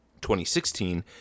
2016